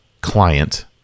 client